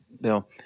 Bill